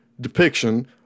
depiction